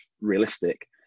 realistic